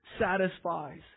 satisfies